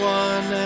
one